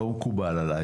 לא מקובל עליי.